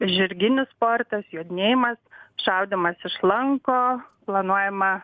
žirginis sportas jodinėjimas šaudymas iš lanko planuojama